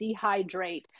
dehydrate